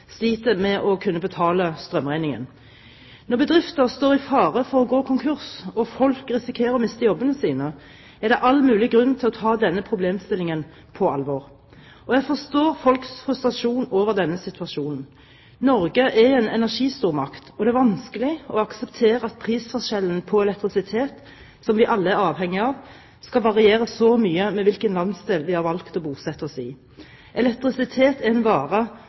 sliter med å kunne betale strømregningen. Når bedrifter står i fare for å gå konkurs og folk risikerer å miste jobbene sine, er det all mulig grunn til å ta denne problemstillingen på alvor. Jeg forstår folks frustrasjon over denne situasjonen. Norge er en energistormakt, og det er vanskelig å akseptere at prisene på elektrisitet, som vi alle er avhengig av, skal variere så mye etter hvilken landsdel vi har valgt å bosette oss i. Elektrisitet er en vare